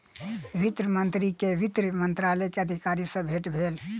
वित्त मंत्री के वित्त मंत्रालय के अधिकारी सॅ भेट भेल